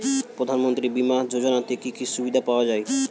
প্রধানমন্ত্রী বিমা যোজনাতে কি কি সুবিধা পাওয়া যায়?